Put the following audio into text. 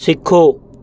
ਸਿੱਖੋ